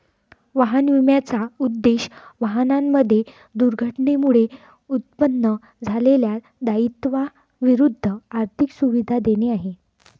वाहन विम्याचा उद्देश, वाहनांमध्ये दुर्घटनेमुळे उत्पन्न झालेल्या दायित्वा विरुद्ध आर्थिक सुरक्षा देणे आहे